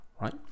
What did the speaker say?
right